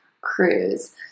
cruise